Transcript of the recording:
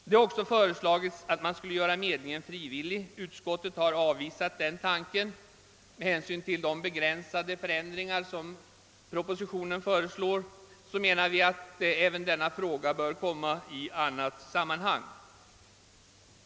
Det har också föreslagits att man skulle göra medlingen frivillig. Utskottet har avvisat denna tanke. Med hänsyn till de begränsade förändringar som föreslås i propositionen menar vi att även denna fråga bör tas upp i annat sammanhang.